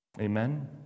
Amen